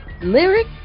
lyric